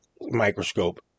microscope